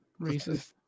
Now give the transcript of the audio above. racist